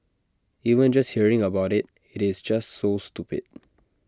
even just hearing about IT it is just so stupid